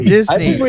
Disney